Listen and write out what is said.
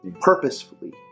Purposefully